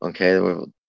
Okay